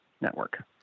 network